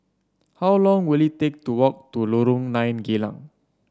how long will it take to walk to Lorong Nine Geylang